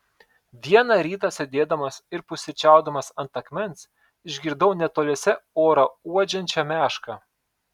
vieną rytą sėdėdamas ir pusryčiaudamas ant akmens išgirdau netoliese orą uodžiančią mešką